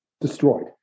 destroyed